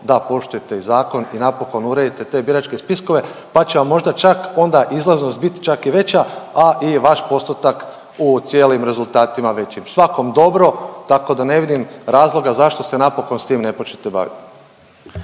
da poštujete i zakon i napokon uredite te biračke spiskove pa će vam možda čak izlaznost bit čak i veća, a i vaš postotak u cijelim rezultatima veći. Svakom dobro tako da ne vidim razloga zašto se napokon s tim ne počnete bavit.